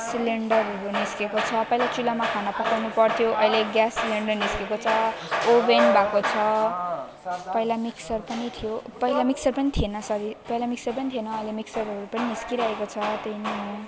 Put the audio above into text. सिलिन्डरहरू निस्किएको छ पहिला चुलामा खाना पकाउनु पर्थ्यो अहिले ग्यास सिलिन्डर निस्किएको छ ओभन भएको छ पहिला मिक्सर पनि थियो पहिला मिक्सर पनि थिएन सरी पहिला मिक्सर पनि थिएन अहिले मिक्सरहरू पनि निस्किरहेको छ त्यही नै हो